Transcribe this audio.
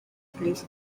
place